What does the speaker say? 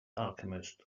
alchemist